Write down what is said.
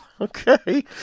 Okay